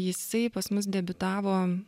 jisai pas mus debiutavo